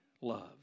love